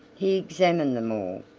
he examined them all,